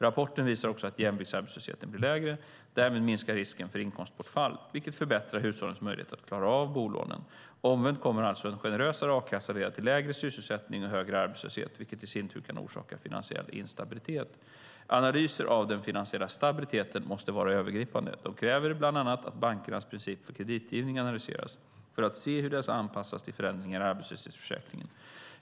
Rapporten visar också att jämviktsarbetslösheten blir lägre. Därmed minskar risken för inkomstbortfall, vilket förbättrar hushållens möjlighet att klara av bolånen. Omvänt kommer alltså en generösare a-kassa att leda till lägre sysselsättning och högre arbetslöshet, vilket i sin tur kan orsaka finansiell instabilitet. Analyser av den finansiella stabiliteten måste vara övergripande. De kräver bland annat att bankernas principer för kreditgivning analyseras för att se hur dessa anpassas till förändringar i arbetslöshetsförsäkringen.